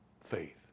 faith